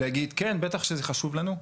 להגיד, כן, בטח שזה חשוב לנו,